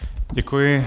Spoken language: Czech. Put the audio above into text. Děkuji.